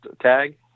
tag